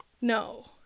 No